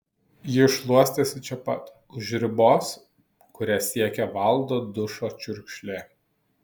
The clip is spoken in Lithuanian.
ji šluostėsi čia pat už ribos kurią siekė valdo dušo čiurkšlė